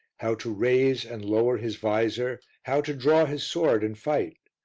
how to raise and lower his vizor, how to draw his sword and fight.